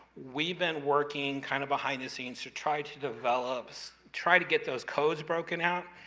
we've been working, kind of behind the scenes, to try to develop so try to get those codes broken out.